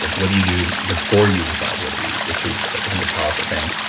like what do you do before you decide what to eat, which is i think a powerful thing.